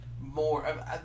more